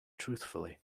truthfully